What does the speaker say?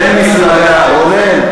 רונן,